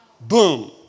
Boom